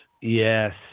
Yes